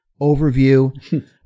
overview